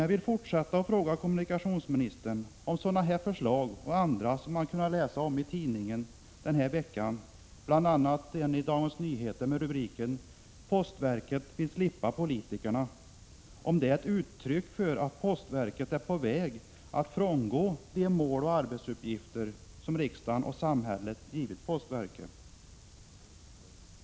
Jag vill emellertid fråga kommunikationsministern om det här förslaget och andra som vi kunnat läsa om i tidningarna den här veckan — det gäller bl.a. en artikel i Dagens Nyheter under rubriken Postverket vill slippa politikerna — är uttryck för att postverket är på väg att frångå de mål och de arbetsuppgifter som riksdagen — och samhället — givit postverket.